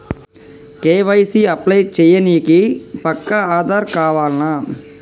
KYC apply చేయనీకి పక్కా ఆధార్ కావాల్నా?